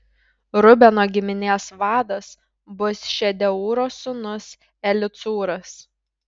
rubeno giminės vadas bus šedeūro sūnus elicūras